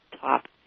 top